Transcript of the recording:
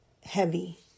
heavy